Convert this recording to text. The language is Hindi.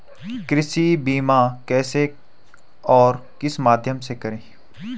कृषि बीमा कैसे और किस माध्यम से करें?